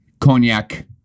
cognac